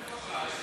ההצעה להעביר את